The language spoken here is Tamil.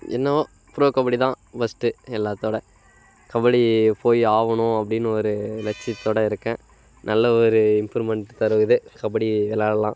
இன்னும் ப்ரோ கபடி தான் ஃபர்ஸ்ட்டு எல்லாத்தோட கபடி போய் ஆகணும் அப்படின்னு ஒரு லட்சியத்தோடு இருக்கேன் நல்ல ஒரு இம்ப்ரூவ்மெண்ட் தருவது கபடி விளாடலாம்